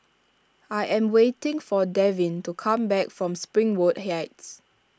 I am waiting for Devin to come back from Springwood Heights